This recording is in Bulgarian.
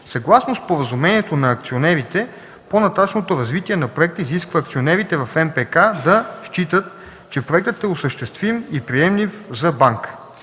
Съгласно Споразумението на акционерите по-нататъшното развитие на проекта изисква акционерите в МПК да считат, „че проектът е осъществим и приемлив за банка”.